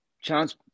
Chance